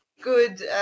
good